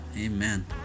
Amen